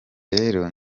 rero